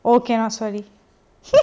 oh cannot sorry